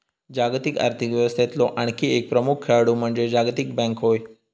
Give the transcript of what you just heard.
जागतिक आर्थिक व्यवस्थेतलो आणखी एक प्रमुख खेळाडू म्हणजे जागतिक बँक होय